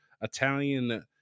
Italian